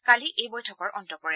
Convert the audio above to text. কালি এই বৈঠকৰ অন্ত পৰে